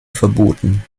verboten